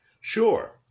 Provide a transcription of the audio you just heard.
Sure